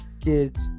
kids